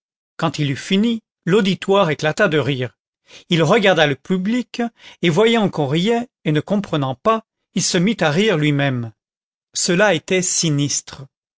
quand il eut fini l'auditoire éclata de rire il regarda le public et voyant qu'on riait et ne comprenant pas il se mit à rire lui-même cela était sinistre